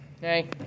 hey